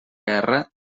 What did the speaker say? guerra